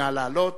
נא לעלות.